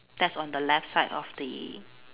that's on the left side of the